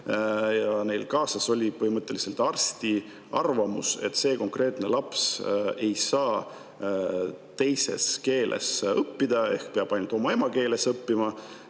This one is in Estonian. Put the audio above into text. ja neil oli kaasas arsti arvamus, et see konkreetne laps ei saa teises keeles õppida ehk peab ainult oma emakeeles õppima.